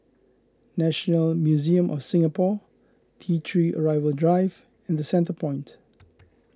National Museum of Singapore T three Arrival Drive and the Centrepoint